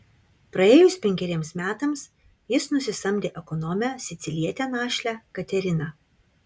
praėjus penkeriems metams jis nusisamdė ekonomę sicilietę našlę kateriną